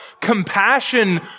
compassion